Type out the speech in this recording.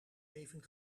even